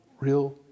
real